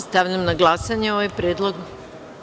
Stavljam na glasanje ovaj predlog.